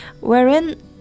wherein